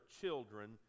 children